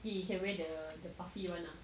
he can wear the puffy [one] ah